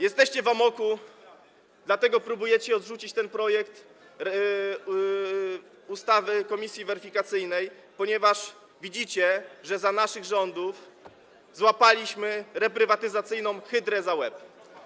Jesteście w amoku, dlatego próbujecie odrzucić ten projekt ustawy o komisji weryfikacyjnej, ponieważ widzicie, że za naszych rządów złapaliśmy reprywatyzacyjną hydrę za łeb.